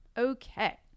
Okay